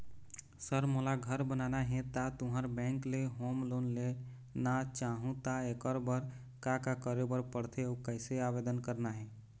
Sir मोला घर बनाना हे ता तुंहर बैंक ले होम लोन लेना चाहूँ ता एकर बर का का करे बर पड़थे अउ कइसे आवेदन करना हे?